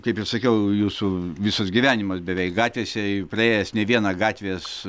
kaip ir sakiau jūsų visas gyvenimas beveik gatvėse praėjęs ne vieną gatvės